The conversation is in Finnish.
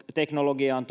akkuteknologiaan